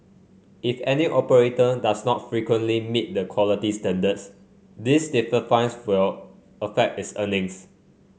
if any operator does not frequently meet the quality standards these stiffer fines fill affect its earnings